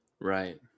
right